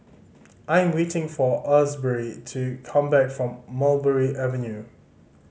I'm waiting for Asbury to come back from Mulberry Avenue